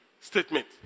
statement